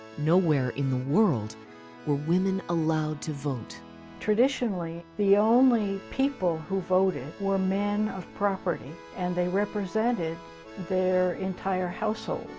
nowhere in the world were women allowed to vote. armitage traditionally the only people who voted were men of property, and they represented their entire household.